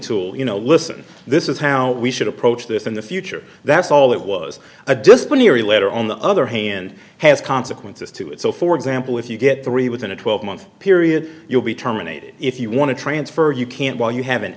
tool you know listen this is how we should approach this in the future that's all it was a disciplinary letter on the other hand has consequences to it so for example if you get three within a twelve month period you'll be terminated if you want to transfer you can't while you have an